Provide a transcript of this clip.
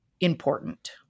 important